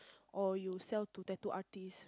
or you sell to tattoo artists